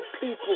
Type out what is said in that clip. people